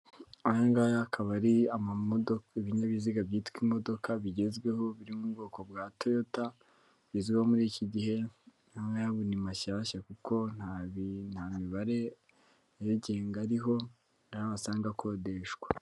Aha ngahe akaba ari ibinyabiziga byitwa imodoka bigezweho biri mu bwoko bwa toyota bigezweho muri iki gihe, aya ngaya ubu ni mashyashya kuko nta mibare iyagenga iriho wasanga akodeshwa.